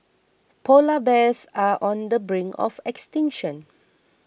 Polar Bears are on the brink of extinction